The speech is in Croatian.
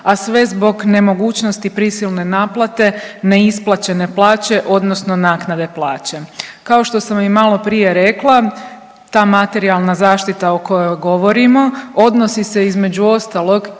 a sve zbog nemogućnosti prisilne naplate, neisplaćene plaće, odnosno naknade plaće. Kao što sam i maloprije rekla, ta materijalna zaštita o kojoj govorimo, odnosi se između ostalog